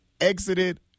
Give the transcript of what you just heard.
exited